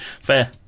Fair